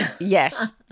Yes